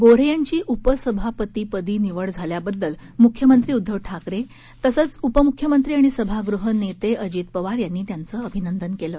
गोऱ्हे यांची उपसभापती पदी निवड झाल्याबददल मुख्यमंत्री उदधव ठाकरे तसंच उपम्ख्यमंत्री आणि सभागृह नेते अजित पवार यांनी त्यांचं अभिनंदन केलं